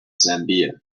zambia